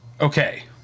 Okay